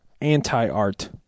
anti-art